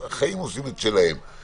אנחנו עושים את זה גם